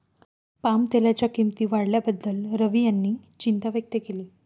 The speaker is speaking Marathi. पामतेलाच्या किंमती वाढल्याबद्दल रवी यांनी चिंता व्यक्त केली